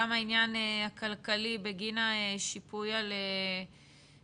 גם העניין הכלכלי בגין שיפוי על בידוד,